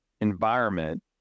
environment